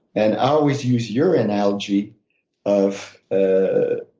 and i always use your analogy of ah